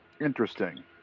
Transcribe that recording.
Interesting